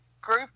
group